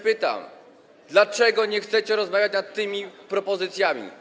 Pytam: Dlaczego nie chcecie rozmawiać o tych propozycjach?